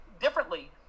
differently